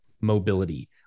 mobility